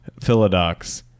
Philodox